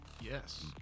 Yes